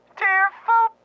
tearful